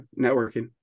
networking